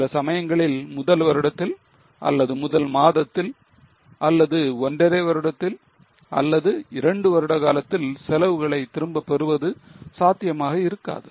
சில சமயங்களில் முதல் வருடத்தில் அல்லது முதல் மாதத்தில் அல்லது ஒன்றரை வருடத்தில் அல்லது 2 வருட காலத்தில் செலவுகளை திரும்ப பெறுவது சாத்தியமாக இருக்காது